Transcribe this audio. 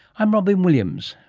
i'm robyn williams.